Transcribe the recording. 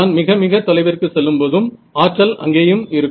நான் மிகமிக தொலைவிற்கு செல்லும்போதும் ஆற்றல் அங்கேயும் இருக்கும்